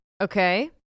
Okay